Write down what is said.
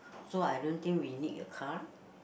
so I don't think we need a car